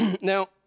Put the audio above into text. Now